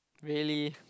really